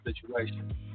situation